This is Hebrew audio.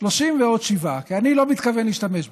30 ועוד 7, כי אני לא מתכוון להשתמש בזה.